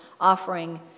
offering